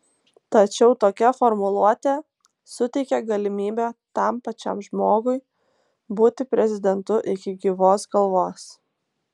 tačiau tokia formuluotė suteikia galimybę tam pačiam žmogui būti prezidentu iki gyvos galvos